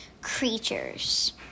creatures